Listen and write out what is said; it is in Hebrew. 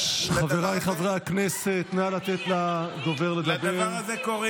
חבריי חברי הכנסת, נא לתת לדובר לדבר.